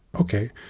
okay